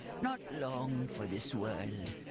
not long for this world.